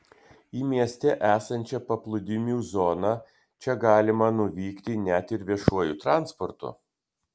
į mieste esančią paplūdimių zoną čia galima nuvykti net ir viešuoju transportu